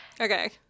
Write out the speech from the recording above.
Okay